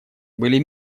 были